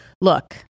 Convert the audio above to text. look